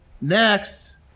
next